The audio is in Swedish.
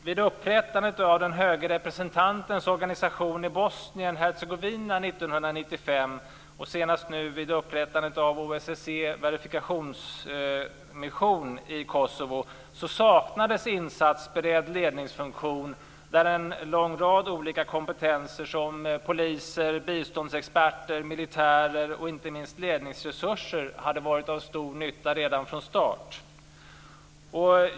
Vid upprättandet av den höge representantens organisation i Bosnien-Hercegovina 1995, och senast nu vid upprättandet av OSSE:s verifikationsmission i Kosovo, saknades insatsberedd ledningsfunktion där en lång rad olika kompetenser som poliser, biståndsexperter, militärer och inte minst ledningsresurser hade varit till stor nytta redan från start.